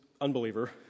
unbeliever